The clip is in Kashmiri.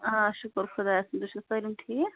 آ شُکُر خدایَس کُن تُہۍ چھِو سٲلِم ٹھیٖک